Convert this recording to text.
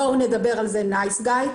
בואו נדבר על זה 'נייס גאי''.